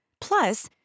Plus